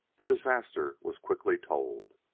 the disaster was quickly told.